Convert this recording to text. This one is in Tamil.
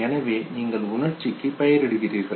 எனவே நீங்கள் உணர்ச்சிக்கு பெயிரிடுகிறீர்கள்